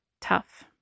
Tough